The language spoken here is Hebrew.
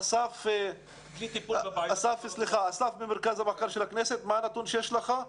אסף ממרכז המחקר של הכנסת, מה הנתון שיש לך?